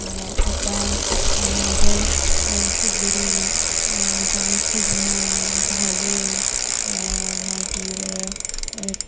आतां जर फुगडी जावं शिगमो जावं धालो मागीर